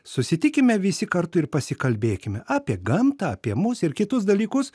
susitikime visi kartu ir pasikalbėkime apie gamtą apie mus ir kitus dalykus